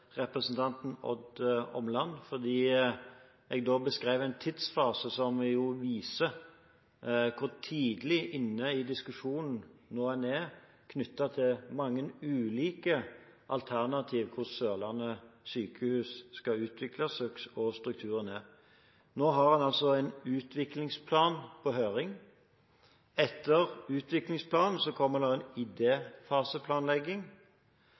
representanten Odd Omland, fordi jeg beskrev en tidsfase som jo viser hvor tidlig inne i diskusjonen en er nå, knyttet til mange ulike alternativ til hvordan Sørlandet sykehus skal utvikles og hvordan strukturene skal være. Nå har en en utviklingsplan på høring. Etter utviklingsplanen kommer det en idéfaseplanlegging. Etter idéfaseplanlegging kommer det en